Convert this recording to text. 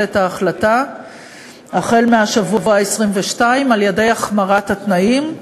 את ההחלטה החל מהשבוע ה-22 על-ידי החמרת התנאים.